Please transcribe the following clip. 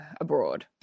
abroad